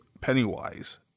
Pennywise –